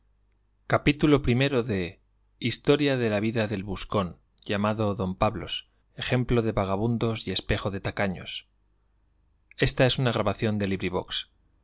gutenberg ebook historia historia de la vida del buscón llamado don pablos ejemplo de vagamundos y espejo de tacaños de francisco de